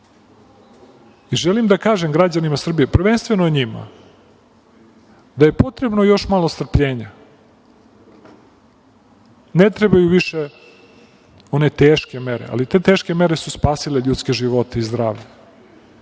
da kažem građanima Srbije, prvenstveno njima, da je potrebno još malo strpljenja. Ne trebaju više one teške mere, ali te teške mere su spasile ljudske živote i zdravlje,